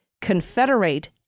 confederate